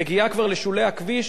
מגיעה כבר לשולי הכביש,